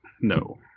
No